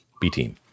B-team